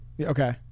Okay